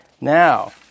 now